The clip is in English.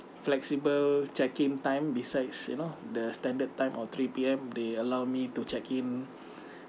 flexible check in time besides you know the standard time of three P_M they allowed me to check in